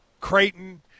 Creighton